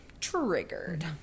triggered